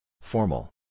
Formal